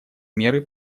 меры